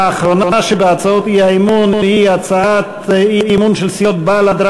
האחרונה בהצעות האי-אמון היא הצעת אי-אמון של סיעות בל"ד,